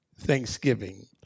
Thanksgiving